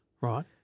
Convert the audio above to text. Right